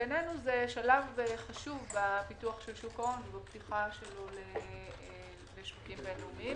בעינינו זה שלב חשוב בפיתוח של שוק ההון ובפתיחתו לשוקים בין לאומיים.